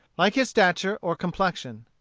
like his stature or complexion.